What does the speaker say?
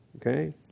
okay